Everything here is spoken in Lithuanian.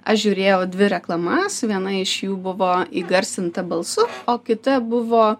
aš žiūrėjau dvi reklamas viena iš jų buvo įgarsinta balsu o kita buvo